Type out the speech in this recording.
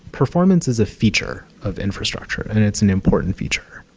performance is a feature of infrastructure and it's an important feature.